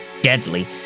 deadly